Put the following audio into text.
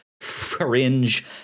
fringe